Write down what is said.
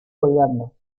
colgando